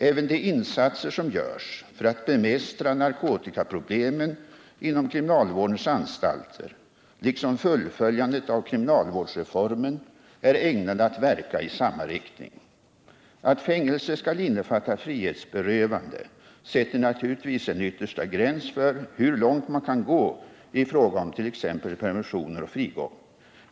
Även de insatser som görs för att bemästra narkotika problemen inom kriminalvårdens anstalter liksom fullföljandet av kriminalvårdsreformen är ägnade att verka i samma riktning. Att fängelse skall innefatta frihetsberövande sätter naturligtvis en ytterstå gräns för hur långt man kan gå i fråga om t.ex. permissioner och frigång.